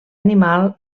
animal